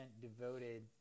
devoted